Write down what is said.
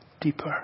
deeper